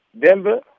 Denver